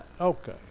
Okay